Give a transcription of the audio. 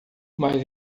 mas